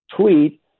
tweet